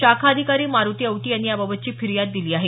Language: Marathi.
शाखा अधिकारी मारूती औटी यांनी याबाबतची फिर्याद दिली आहे